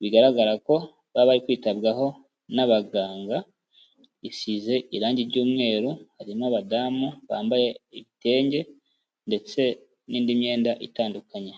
bigaragara ko baba bari kwitabwaho n'abaganga, isize irange ry'umweru, harimo abadamu bambaye ibitenge ndetse n'indi myenda itandukanye.